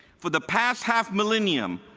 for the past half millennium,